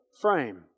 frame